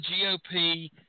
GOP